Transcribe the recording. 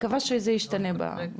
מקווה שזה ישתנה בעתיד.